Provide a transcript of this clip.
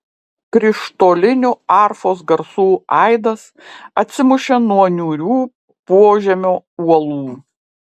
krištolinių arfos garsų aidas atsimušė nuo niūrių požemio uolų